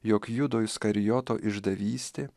jog judo iskarijoto išdavystė